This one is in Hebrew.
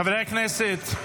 חברי הכנסת,